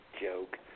joke